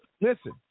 Listen